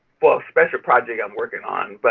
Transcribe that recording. for a special project i'm working on, but